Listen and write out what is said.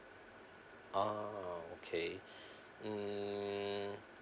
ah okay mm